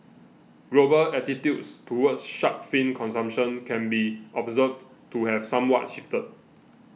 global attitudes towards shark fin consumption can be observed to have somewhat shifted